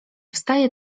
wstaje